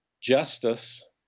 justice